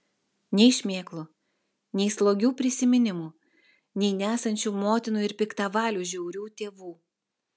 nei šmėklų nei slogių prisiminimų nei nesančių motinų ir piktavalių žiaurių tėvų